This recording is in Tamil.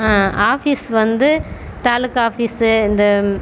ஆஃபீஸ் வந்து தாலுக்கா ஆஃபீஸு இந்த